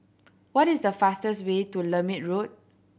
what is the fastest way to Lermit Road